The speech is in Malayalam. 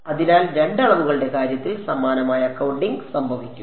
അതിനാൽ രണ്ട് അളവുകളുടെ കാര്യത്തിൽ സമാനമായ അക്കൌണ്ടിംഗ് സംഭവിക്കുന്നു